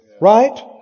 Right